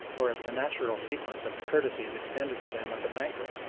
or as the natural sequence of the courtesies extended to them at the banquet.